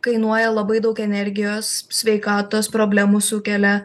kainuoja labai daug energijos sveikatos problemų sukelia